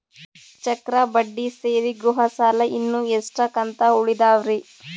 ಚಕ್ರ ಬಡ್ಡಿ ಸೇರಿ ಗೃಹ ಸಾಲ ಇನ್ನು ಎಷ್ಟ ಕಂತ ಉಳಿದಾವರಿ?